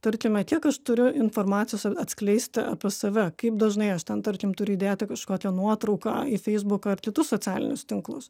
tarkime kiek aš turiu informacijos atskleisti apie save kaip dažnai aš ten tarkim turiu įdėti kažkokią nuotrauką į feisbuką ar kitus socialinius tinklus